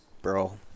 Bro